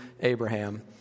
Abraham